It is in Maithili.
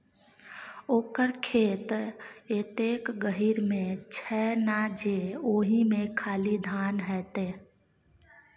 ओकर खेत एतेक गहीर मे छै ना जे ओहिमे खाली धाने हेतै